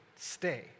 Stay